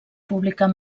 publicar